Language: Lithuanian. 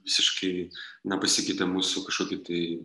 visiškai nepasikeitė mūsų kažkoki tai